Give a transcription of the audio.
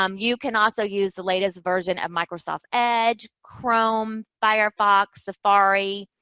um you can also use the latest version of microsoft edge, chrome, firefox, safari,